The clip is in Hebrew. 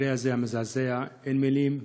המקרה הזה, המזעזע, אין מילים.